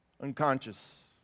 unconscious